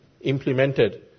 implemented